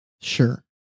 sure